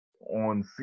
on